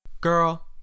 Girl